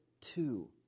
two